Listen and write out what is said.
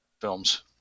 films